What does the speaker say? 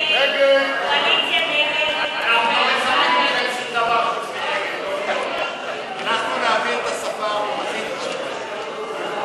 מסדר-היום את הצעת חוק לימוד השפה העברית (עולים חדשים ועולים ותיקים),